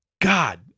God